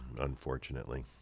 unfortunately